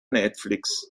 netflix